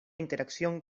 interacción